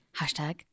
hashtag